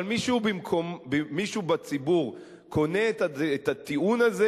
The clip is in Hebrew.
אבל מישהו בציבור קונה את הטיעון הזה?